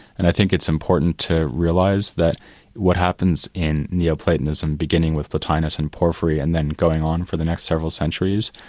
and i think it's important to realise that what happens in neo-platonism beginning with plotinus and porphyry and then going on for the next several centuries,